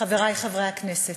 חברי חברי הכנסת,